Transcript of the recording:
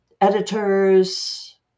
editors